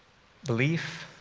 belief,